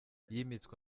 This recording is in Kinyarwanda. yimitswe